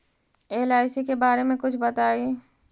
LIC के बारे मे कुछ बताई?